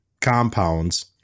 Compounds